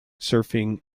surfing